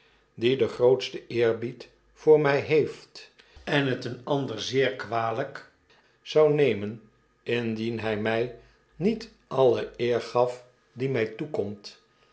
die den grootsten eerbied voor my heeft en het een ander zeer kwalyk zou nemen indien hy my niet alle eer gaf die my toekomt